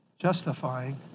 justifying